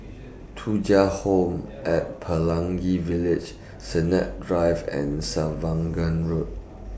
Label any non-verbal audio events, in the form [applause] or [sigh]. Thuja Home At Pelangi Village Sennett Drive and [unintelligible] Road